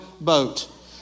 boat